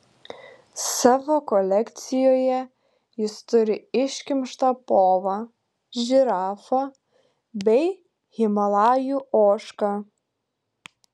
savo kolekcijoje jis turi iškimštą povą žirafą bei himalajų ožką